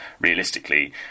realistically